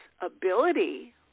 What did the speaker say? ability